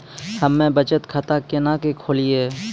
हम्मे बचत खाता केना के खोलियै?